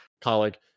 colleague